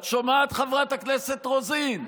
את שומעת, חברת הכנסת רוזין?